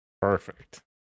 Perfect